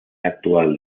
actual